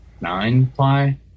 nine-ply